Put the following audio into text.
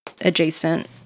adjacent